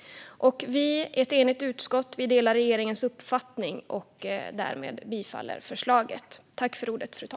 Ett enigt utskott delar regeringens uppfattning och tillstyrker förslaget.